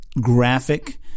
graphic